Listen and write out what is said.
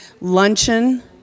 luncheon